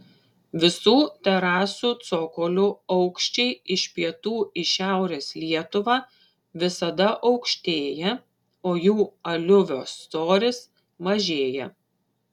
visų terasų cokolių aukščiai iš pietų į šiaurės lietuvą visada aukštėja o jų aliuvio storis mažėja